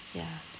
ya